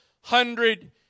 hundred